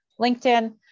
LinkedIn